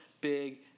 big